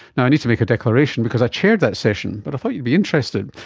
and i need to make a declaration because i chaired that session but i thought you'd be interested.